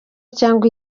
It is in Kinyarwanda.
cyangwa